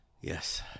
yes